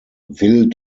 will